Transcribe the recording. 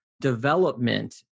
development